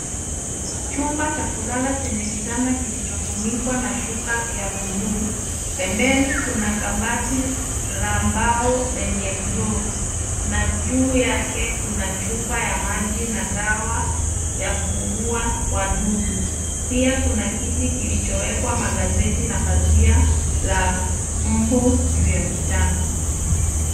Chumba cha kulala chenye kitanda kilichofunikwa na shuka ya bluu, pembeni kuna kabati la mbao lenye droo na juu yake kuna chupa ya maji ya dawa ya kuua wadudu. Pia kuna kiti kilichowekwa magazeti na pazia la mbu juu ya kitanda.